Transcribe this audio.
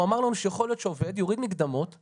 הוא אמר לנו שיכול להיות שעובד יוריד מקדמות,